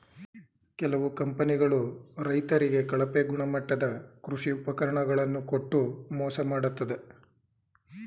ಕೆಲವು ಕಂಪನಿಗಳು ರೈತರಿಗೆ ಕಳಪೆ ಗುಣಮಟ್ಟದ ಕೃಷಿ ಉಪಕರಣ ಗಳನ್ನು ಕೊಟ್ಟು ಮೋಸ ಮಾಡತ್ತದೆ